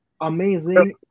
amazing